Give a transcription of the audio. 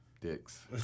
dicks